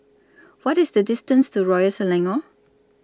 What IS The distance to Royal Selangor